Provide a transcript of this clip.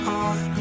on